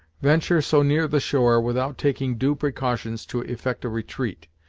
venture so near the shore without taking due precautions to effect a retreat,